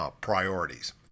priorities